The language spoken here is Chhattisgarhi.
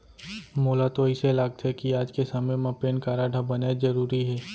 मोला तो अइसे लागथे कि आज के समे म पेन कारड ह बनेच जरूरी हे